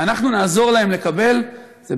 ואנחנו נעזור להם לקבל את זה,